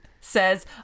says